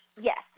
Yes